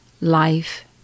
life